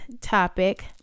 topic